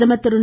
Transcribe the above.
பிரதமர் திரு